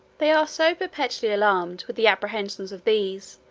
they are so perpetually alarmed with the apprehensions of these,